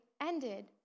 ended